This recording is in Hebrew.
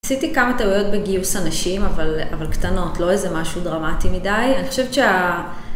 עשיתי כמה טעויות בגיוס אנשים, אבל קטנות, לא איזה משהו דרמטי מדי. אני חושבת שה...